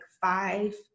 five